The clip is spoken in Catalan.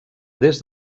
des